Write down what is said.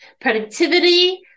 Productivity